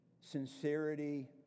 sincerity